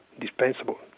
dispensable